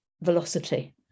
velocity